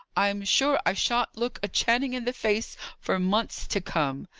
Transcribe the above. i'm sure i shan't look a channing in the face for months to come!